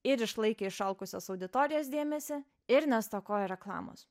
ir išlaikė išalkusios auditorijos dėmesį ir nestokojo reklamos